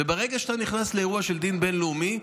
וברגע שאתה נכנס לאירוע של דין בין-לאומי,